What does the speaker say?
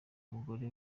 umugore